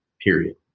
period